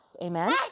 amen